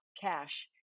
cash